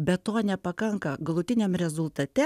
bet to nepakanka galutiniam rezultate